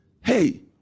Hey